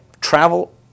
travel